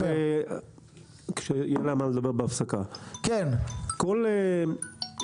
מגדלים זה מי שבעל מכסה עד יש הגדרה לזה.